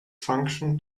function